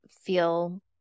feel